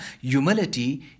humility